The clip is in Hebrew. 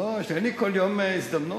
אין לי כל יום הזדמנות.